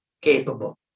capable